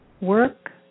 work